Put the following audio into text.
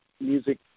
music